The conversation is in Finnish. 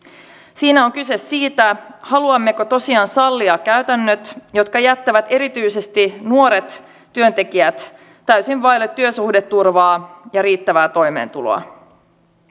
siinä on kyse siitä haluammeko tosiaan sallia käytännöt jotka jättävät erityisesti nuoret työntekijät täysin vaille työsuhdeturvaa ja riittävää toimeentuloa